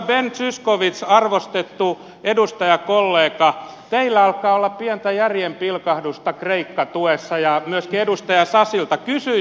ben zyskowicz arvostettu edustajakollega teillä alkaa olla pientä järjen pilkahdusta kreikka tuessa ja myöskin edustaja sasilla